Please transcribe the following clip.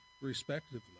respectively